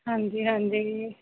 ਹਾਂਜੀ ਹਾਂਜੀ